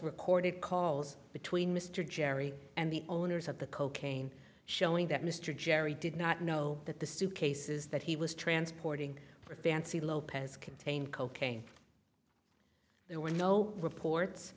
recorded calls between mr jerry and the owners of the cocaine showing that mr jerry did not know that the suitcases that he was transporting for fancy lopez contained cocaine there were no reports